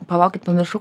palaukit pamiršau